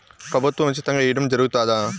ప్రభుత్వం ఉచితంగా ఇయ్యడం జరుగుతాదా?